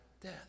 death